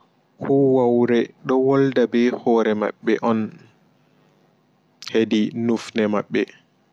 Hoowore ɗo wolda bee hoore maɓɓe on hedi nufne maɓɓe.